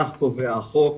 כך קובע החוק,